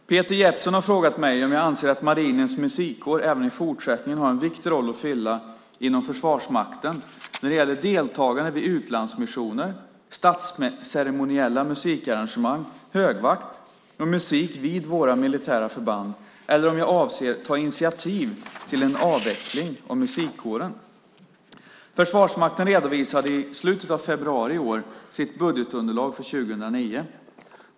Fru talman! Peter Jeppsson har frågat mig om jag anser att Marinens musikkår även i fortsättningen har en viktig roll att fylla inom Försvarsmakten när det gäller deltagande vid utlandsmissioner, statsceremoniella musikarrangemang, högvakt och musik vid våra militära förband eller om jag avser att ta initiativ till en avveckling av musikkåren. Försvarsmakten redovisade i slutet av februari i år sitt budgetunderlag för 2009.